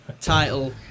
Title